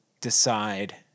decide